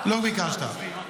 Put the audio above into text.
לא ביקשת.